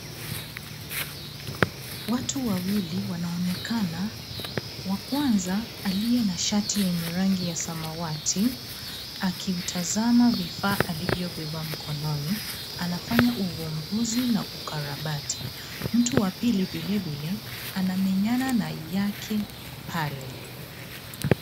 Watu wawili wanaonekana. Wa kwanza, aliye na shati yenye rangi ya samawati, akiutazama vifaa alivyobeba mkononi, anafanya ugunduzi na ukarabati. Mtu wa pili vilevile, anamenyana na yake pale.